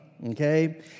Okay